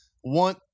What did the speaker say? one